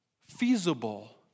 feasible